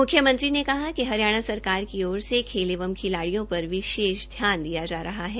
मुख्यमंत्री ने कहा कि हरियाणा सरकार की ओर से खेल एवं खिलाडियों पर विशेष ध्यान दिया जा रहा है